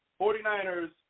49ers